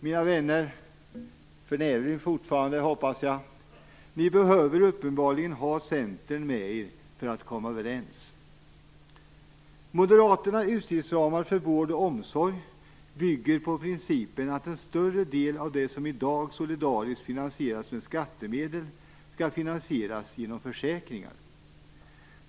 Mina vänner, för det hoppas jag fortfarande att ni är, ni behöver uppenbarligen ha Centern med för att komma överens! Moderaternas utgiftsramar för vård och omsorg bygger på principen att en större del av det som i dag solidariskt finansieras med skattemedel, skall finansieras genom försäkringar.